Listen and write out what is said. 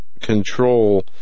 control